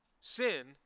Sin